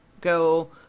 go